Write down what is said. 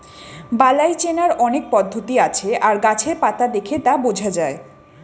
বালাই চেনার অনেক পদ্ধতি আছে আর গাছের পাতা দেখে তা বোঝা যায়